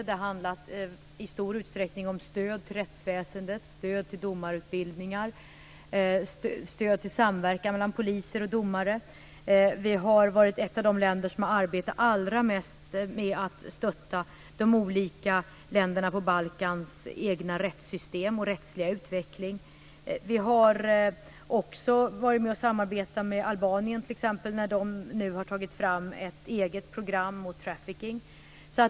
Det har i stor utsträckning handlat om stöd till rättsväsendet, stöd till domarutbildning och stöd till samverkan mellan poliser och domare. Sverige har varit ett av de länder som har arbetat allra mest med att stötta de olika länderna på Balkan i deras arbete med deras egna rättssystem och rättsliga utveckling. Vi har också varit med att samarbeta med t.ex. Albanien när man där nu har tagit fram ett eget program mot trafficking.